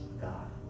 God